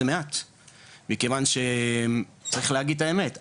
זה מעט מכיוון שצריך להגיד את האמת,